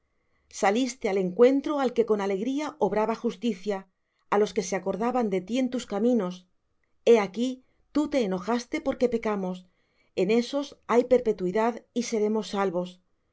saliste al encuentro al que con alegría obraba justicia á los que se acordaban de ti en tus caminos he aquí tú te enojaste porque pecamos en esos hay perpetuidad y seremos salvos